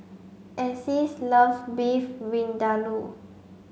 Alyse loves Beef Vindaloo